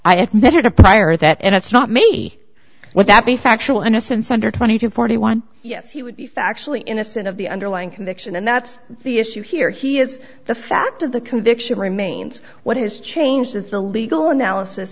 a prior that and it's not me would that be factual innocence under twenty to forty one yes he would be factually innocent of the underlying conviction and that's the issue here he is the fact of the conviction remains what has changed is the legal analysis